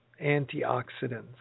antioxidants